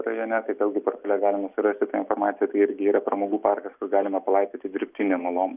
rajone tai vėlgi portale galima surasti tą informaciją tai irgi yra pramogų parkas kur galima palaipioti dirbtinėm uolom